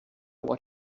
what